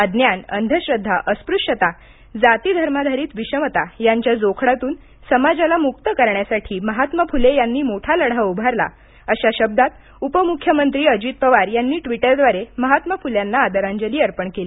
अज्ञान अंधश्रद्धा अस्पृश्यता याबी जाती धर्माधारित विषमता यांच्या जोखडातून समाजाला मुक्त करण्यासाठी महात्मा फुले यांनी मोठं लढा उभारला आशा शब्दांत उपमुख्यमंत्री अजित पवार यांनी ट्विटर द्वारे महात्मा फुल्यांना आदरांजली अर्पण केली